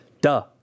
Duh